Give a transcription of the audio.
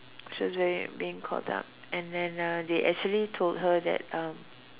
she was really being called up and then uh they actually told her that uh